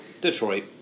Detroit